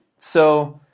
so,